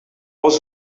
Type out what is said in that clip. was